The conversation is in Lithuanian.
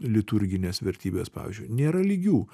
liturginės vertybės pavyzdžiui nėra lygių